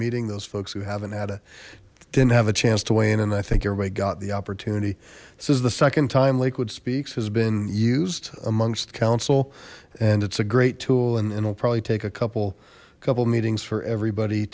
meeting those folks who haven't had a didn't have a chance to weigh in and i think everybody got the opportunity this is the second time lakewood speaks has been used amongst council and it's a great tool and will probably take a couple couple meetings for everybody